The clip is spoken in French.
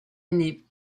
année